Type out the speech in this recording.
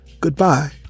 goodbye